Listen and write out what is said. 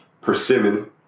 persimmon